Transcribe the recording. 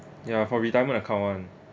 ya for retirement account [one]